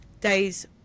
days